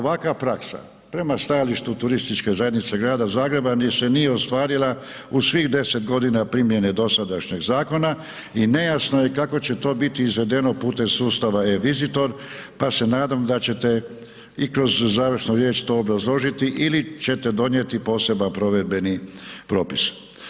Ovakva praksa prema stajalištu turističke zajednice Grada Zagreba se nije ostvarila u svih 10 godine primjene dosadašnjeg zakona i nejasno je kako će to biti izvedeno putem sustava eVisitor pa se nadam da ćete i kroz završnu riječ to obrazložiti ili ćete donijeti poseban provedbeni propis.